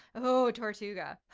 oh, tortuga!